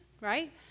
right